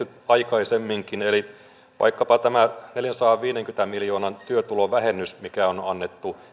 on tehty aikaisemminkin eli vaikkapa tämä neljänsadanviidenkymmenen miljoonan työtulovähennys mikä on annettu